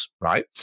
right